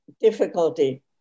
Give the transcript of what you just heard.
difficulty